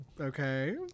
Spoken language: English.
Okay